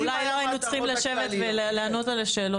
אולי היינו צריכים לשבת ולענות על השאלות האלה.